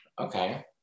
okay